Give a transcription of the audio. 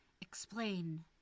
explain